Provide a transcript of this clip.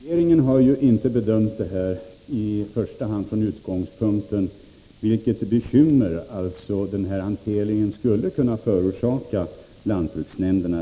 Herr talman! Regeringen har inte i första hand bedömt detta ärende från utgångspunkten vilket bekymmer hanteringen skulle kunna förorsaka lantbruksnämnderna.